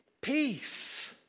peace